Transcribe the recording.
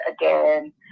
again